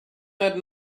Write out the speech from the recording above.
that